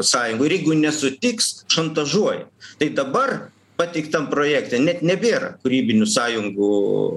sąjungų ir jeigu nesutiks šantažuoja tai dabar pateiktam projekte net nebėra kūrybinių sąjungų